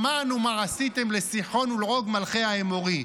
שמענו מה עשיתם לסיחון ולעוג, מלכי האמורי.